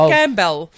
Campbell